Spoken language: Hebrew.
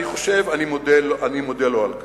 אני מודה לו על כך.